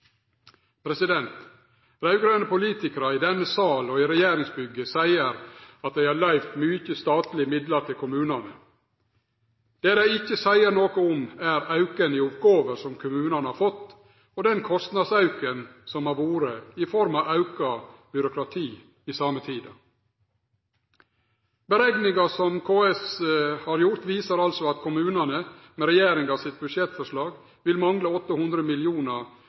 politikarar, i denne sal og i regjeringsbygget, seier at dei har løyvt mykje statlege midlar til kommunane. Det dei ikkje seier noko om, er auken i oppgåver som kommunane har fått, og den kostnadsauken som har vore i form av auka byråkrati i den same tida. Berekningar som KS har gjort, viser altså at kommunane, med regjeringa sitt budsjettforslag, vil mangle 800